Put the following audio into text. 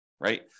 right